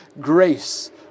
grace